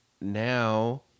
now